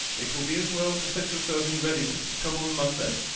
it will be as well to set yourself in readiness to come on monday